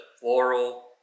floral